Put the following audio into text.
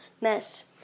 mess